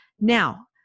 Now